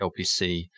LPC